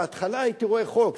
בהתחלה הייתי רואה חוק,